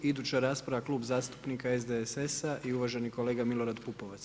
Iduća rasprava Klub zastupnika SDSS-a i uvaženi kolega Milorad Pupovac.